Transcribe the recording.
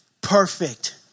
perfect